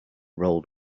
rolled